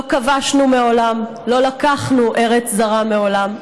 לא כבשנו מעולם, לא לקחנו ארץ זרה מעולם.